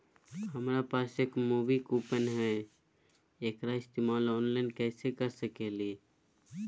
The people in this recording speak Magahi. हमरा पास एक मूवी कूपन हई, एकरा इस्तेमाल ऑनलाइन कैसे कर सकली हई?